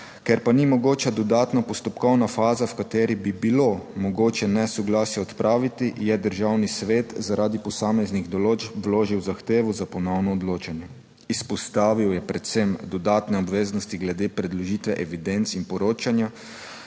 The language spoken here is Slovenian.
ker pa ni mogoča dodatna postopkovna faza, v kateri bi bilo mogoče nesoglasje odpraviti, je Državni svet zaradi posameznih določb vložil zahtevo za ponovno odločanje, izpostavil je predvsem dodatne obveznosti glede predložitve evidenc in poročanja,